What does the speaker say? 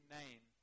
name